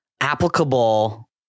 applicable